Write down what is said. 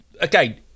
again